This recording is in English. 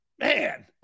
Man